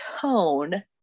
tone